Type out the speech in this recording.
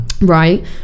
Right